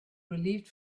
relieved